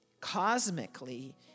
cosmically